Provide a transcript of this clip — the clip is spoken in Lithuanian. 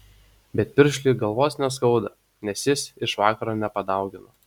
bet piršliui galvos neskauda nes jis iš vakaro nepadaugino